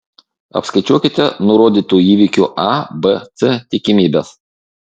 apskaičiuokite nurodytų įvykių a b c tikimybes